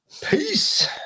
Peace